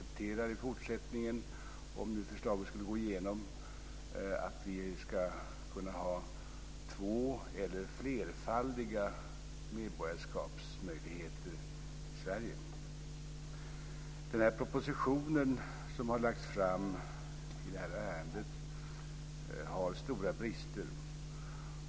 Detta kommer att innebära, om förslaget skulle gå igenom, att vi i fortsättningen accepterar att man ska kunna ha två eller fler medborgarskap i Sverige. Den proposition som har lagts fram i det här ärendet har stora brister.